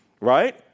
right